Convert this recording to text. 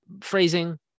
phrasing